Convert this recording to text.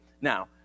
Now